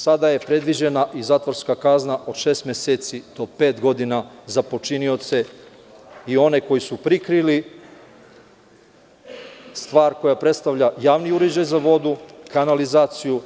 Sada je predviđena i zatvorska kazna od šest meseci do pet godina za počinioce i one koji su prikrili stvar koji predstavlja javni uređaj za vodu, kanalizaciju,